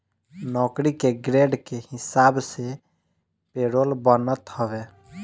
नौकरी के ग्रेड के हिसाब से पेरोल बनत हवे